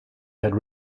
had